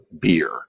beer